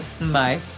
Bye